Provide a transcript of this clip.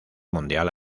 mundial